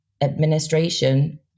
administration